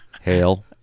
Hail